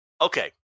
Okay